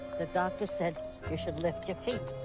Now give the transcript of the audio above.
the doctor said you should lift your feet.